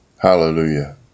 Hallelujah